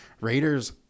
Raiders